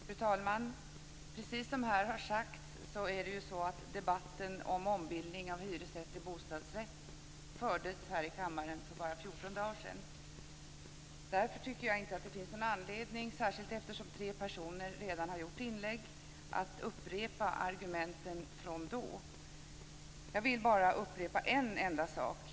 Fru talman! Precis som här har sagts fördes debatten om ombildning av hyresrätt till bostadsrätt för bara 14 dagar sedan i kammaren. Därför finns det inte någon anledning - särskilt inte som tre personer redan har haft sina inlägg - att upprepa argumenten från den tidigare debatten. Jag vill bara upprepa en enda sak.